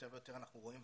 יותר ויותר אנחנו רואים,